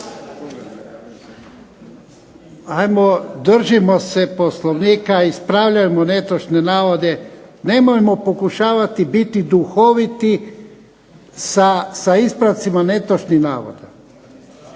Ajmo držimo se Poslovnika, ispravljajmo netočne navode. Nemojmo pokušavati biti duhoviti sa ispravcima netočnih navoda.